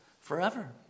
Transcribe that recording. forever